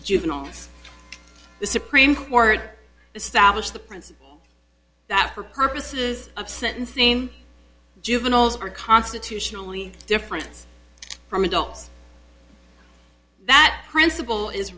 juveniles the supreme court established the principle that for purposes of sentencing juveniles are constitutionally different from adults that principle is